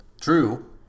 True